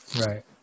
Right